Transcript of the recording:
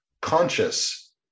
conscious